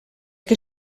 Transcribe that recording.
que